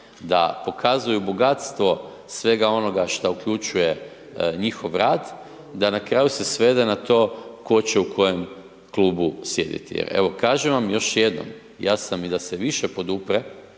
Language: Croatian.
da pokazuju bogatstvo svega onoga što uključuje njihov rad, da na kraju se svede na to tko će u kojem klubu sjediti. Evo, kažem vam još jednom, ja sam i da se više podupre,